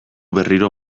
berriro